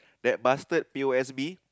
that bastard P_O_S_B